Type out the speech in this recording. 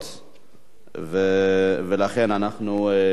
ולכן אנחנו נצביע,